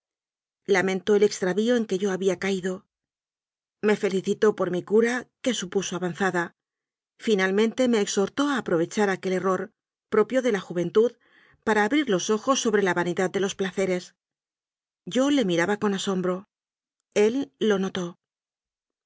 lamentó el extravío en que yo había caído me felicitó por mi cura que supuso avan zada finalmente me exhortó a aprovechar aquel error propio de la juventud para abrir los ojos sobre la vanidad de los placeres yo le miraba con asombro él lo notó